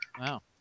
Wow